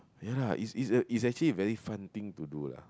ya lah its its its actually a very fun thing to do lah